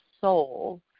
soul